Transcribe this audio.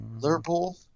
Liverpool